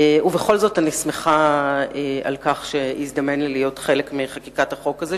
ולמרות זאת אני שמחה על כך שהזדמן לי להיות חלק מחקיקת החוק הזה,